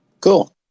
Cool